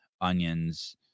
onions